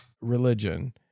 religion